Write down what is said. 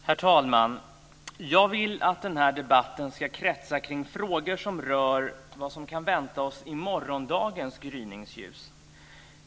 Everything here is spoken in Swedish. Herr talman! Jag vill att den här debatten ska kretsa kring frågor som rör vad som kan vänta oss i morgondagens gryningsljus.